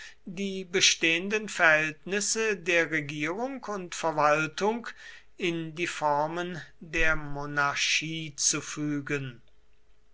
die bestehenden verhältnisse der regierung und verwaltung in die formen der monarchie zu